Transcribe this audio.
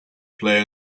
play